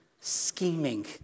scheming